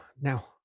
Now